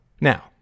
Now